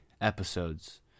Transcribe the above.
episodes